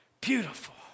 beautiful